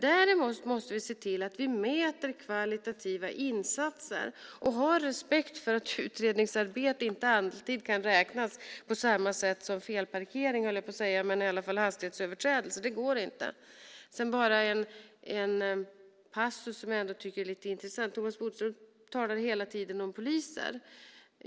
Däremot måste vi se till att vi mäter kvalitativa insatser och har respekt för att utredningsarbete inte alltid kan räknas på samma sätt som om inte felparkering så i alla fall hastighetsöverträdelser. Det går inte. En passus som jag ändå tycker är lite intressant är att Thomas Bodström hela tiden talar om poliser.